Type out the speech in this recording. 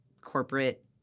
corporate